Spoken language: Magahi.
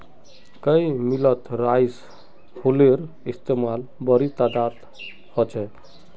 कई मिलत राइस हुलरेर इस्तेमाल बड़ी तदादत ह छे